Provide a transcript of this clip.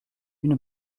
une